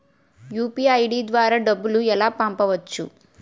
UPI ID ద్వారా డబ్బులు ఎలా పంపవచ్చు?